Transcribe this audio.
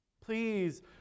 Please